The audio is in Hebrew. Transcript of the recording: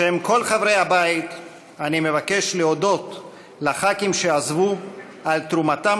בשם כל חברי הבית אני מבקש להודות לח"כים שעזבו על תרומתם